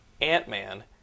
Ant-Man